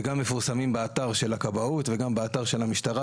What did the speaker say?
והם גם מפורסמים באתר של הכבאות וגם באתר של המשטרה.